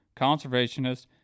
conservationist